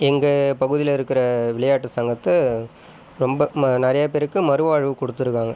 எங்க பகுதியில் இருக்கிற விளையாட்டு சங்கத்தை ரொம்ப நிறைய பேருக்கு மறுவாழ்வு கொடுத்துருக்காங்க